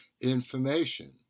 information